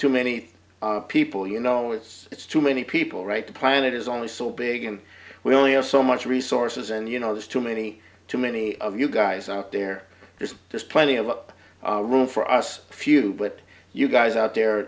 too many people you know it's it's too many people right the planet is only so big and we only have so much resources and you know there's too many too many of you guys out there there's plenty of up room for us few but you guys out there